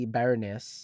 Baroness